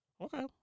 Okay